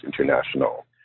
international